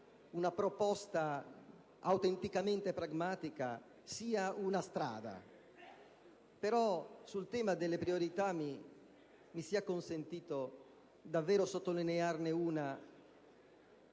una proposta autenticamente pragmatica, sia una strada. Però, sul tema delle priorità, mi sia consentito davvero sottolinearne una: